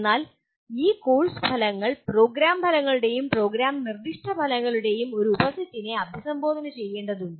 എന്നാൽ ഈ കോഴ്സ് ഫലങ്ങൾ പ്രോഗ്രാം ഫലങ്ങളുടെയും പ്രോഗ്രാം നിർദ്ദിഷ്ട ഫലങ്ങളുടെയും ഒരു ഉപസെറ്റിനെ അഭിസംബോധന ചെയ്യേണ്ടതുണ്ട്